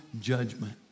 judgment